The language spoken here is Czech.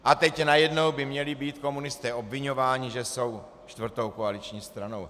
A teď najednou by měli být komunisté obviňováni, že jsou čtvrtou koaliční stranou.